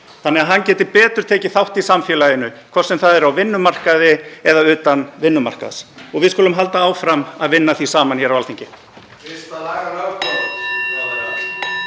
þannig að hann geti betur tekið þátt í samfélaginu, hvort sem það er á vinnumarkaði eða utan vinnumarkaðar. Og við skulum halda áfram að vinna að því saman hér á Alþingi.